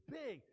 big